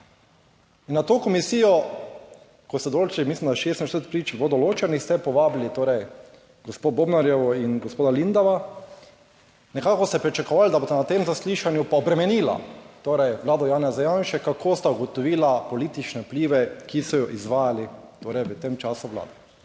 In na to komisijo, ko ste določili, mislim, da je 46 prič bilo določenih, ste povabili torej gospo Bobnarjevo in gospoda Lindava. Nekako ste pričakovali, da bosta na tem zaslišanju pa obremenila torej Vlado Janeza Janše, kako sta ugotovila politične vplive, ki so jo izvajali torej v tem času vlade.